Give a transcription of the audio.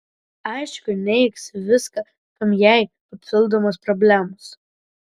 aišku neigs viską kam jai papildomos problemos